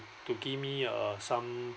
to give me a some